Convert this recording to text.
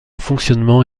fonctionnement